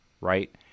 right